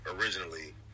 originally